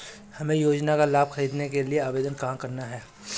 हमें योजना का लाभ ख़रीदने के लिए आवेदन कहाँ करना है?